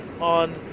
on